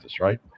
right